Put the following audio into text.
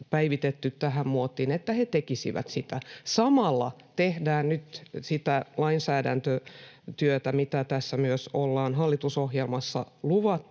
päivitetty tähän muottiin, tekisivät sen. Samalla tehdään nyt sitä lainsäädäntötyötä, mitä tässä ollaan myös hallitusohjelmassa luvattu,